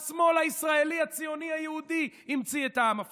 השמאל הישראלי הציוני היהודי המציא את העם הפלסטיני.